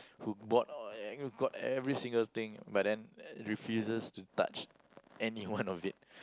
who bought got every single thing but then refuses to touch any one of it